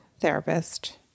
therapist